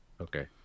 Okay